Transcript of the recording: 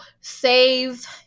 save